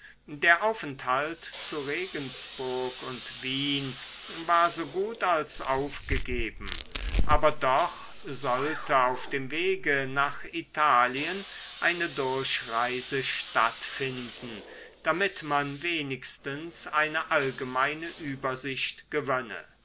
der aufenthalt zu regensburg und wien war so gut als aufgegeben aber doch sollte auf dem wege nach italien eine durchreise stattfinden damit man wenigstens eine allgemeine übersicht gewönne